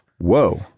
Whoa